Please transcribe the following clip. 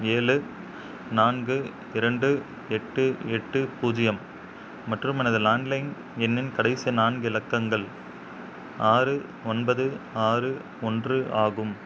ஏழு நான்கு இரண்டு எட்டு எட்டு பூஜ்ஜியம் மற்றும் எனது லேண்ட்லைன் எண்ணின் கடைசி நான்கு இலக்கங்கள் ஆறு ஒன்பது ஆறு ஒன்று ஆகும்